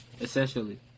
essentially